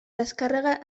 descàrrega